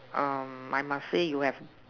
um I must say you have